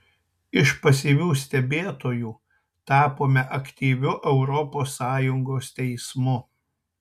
iš pasyvių stebėtojų tapome aktyviu europos sąjungos teismu